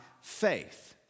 faith